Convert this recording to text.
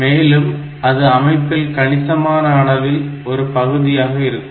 மேலும் அது அமைப்பில் கணிசமான அளவில் ஒரு பகுதியாக இருக்கும்